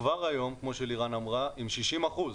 כמו שלירן אמרה, אנחנו כבר היום עם 60 אחוזים.